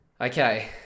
Okay